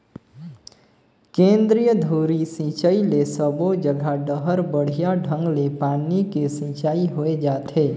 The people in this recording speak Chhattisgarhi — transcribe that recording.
केंद्रीय धुरी सिंचई ले सबो जघा डहर बड़िया ढंग ले पानी के सिंचाई होय जाथे